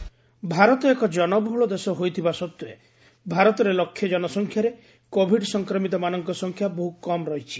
recovery rate Bharat ଏକ ଜନବହ୍ରଳ ଦେଶ ହୋଇଥିବା ସତ୍ତ୍ୱେ ଭାରତରେ ଲକ୍ଷେ ଜନସଂଖ୍ୟାରେ କୋଭିଡ୍ ସଂକ୍ରମିତମାନଙ୍କ ସଂଖ୍ୟା ବହୃତ କମ୍ ରହିଛି